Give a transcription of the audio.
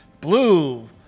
Blue